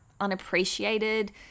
unappreciated